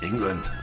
England